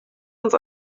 uns